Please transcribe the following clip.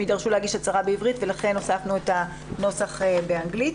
יידרשו להגיש הצהרה בעברית ולכן הוספנו את הנוסח באנגלית.